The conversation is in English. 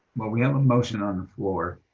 but we have a motion on the floor,